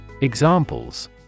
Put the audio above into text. examples